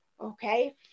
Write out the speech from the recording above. Okay